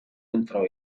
entrò